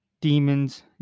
demons